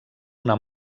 una